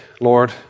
Lord